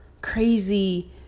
crazy